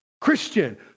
Christian